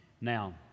Now